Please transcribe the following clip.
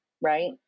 Right